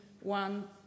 one